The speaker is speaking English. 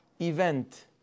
event